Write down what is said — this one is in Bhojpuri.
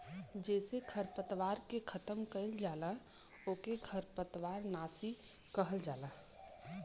जेसे खरपतवार के खतम कइल जाला ओके खरपतवार नाशी कहल जाला